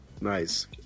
nice